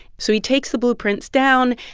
so he takes the blueprints down,